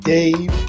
Dave